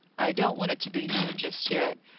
i don't want it to be known just yet.